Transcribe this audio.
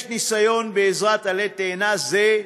יש ניסיון, בעזרת עלה תאנה זה,